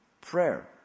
prayer